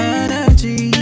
energy